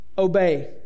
obey